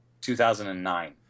2009